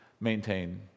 maintain